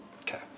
Okay